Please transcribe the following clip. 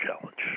Challenge